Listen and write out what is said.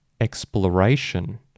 exploration